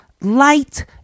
light